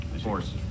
force